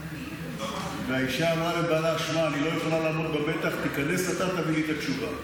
מספרים על זוג יהודים: האישה הייתה צריכה לקבל את בדיקת ה-MRI מהרופא.